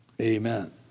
Amen